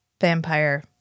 vampire